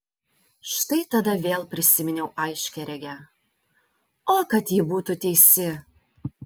štai tada vėl prisiminiau aiškiaregę o kad ji būtų teisi